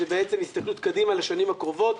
שזה בעצם הסתכלות קדימה לשנים הקרובות.